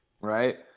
right